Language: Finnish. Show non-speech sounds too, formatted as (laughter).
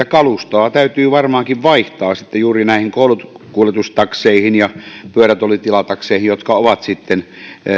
(unintelligible) kalustoa täytyy varmaankin vaihtaa sitten juuri näihin koulukuljetustakseihin ja pyörätuolitilatakseihin jotka ovat sitten